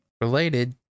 related